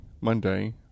Monday